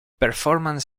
performance